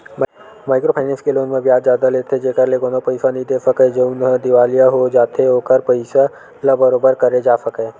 micro finance के loan म बियाज जादा लेथे जेखर ले कोनो पइसा नइ दे सकय जउनहा दिवालिया हो जाथे ओखर पइसा ल बरोबर करे जा सकय